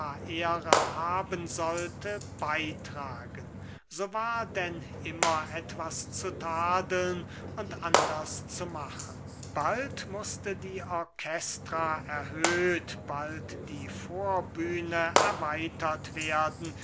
ehre haben sollte beytragen so war denn immer etwas zu tadeln und anders zu machen bald mußte die orchestra erhöht bald die vorbühne erweitert werden